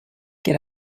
get